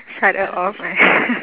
shut her off